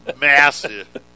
massive